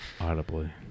Audibly